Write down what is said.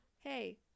Hey